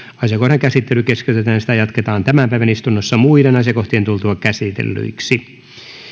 asiakohdan käsittely keskeytetään ja sitä jatketaan tämän päivän istunnossa muiden asiakohtien tultua käsitellyiksi